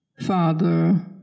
father